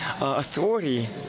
authority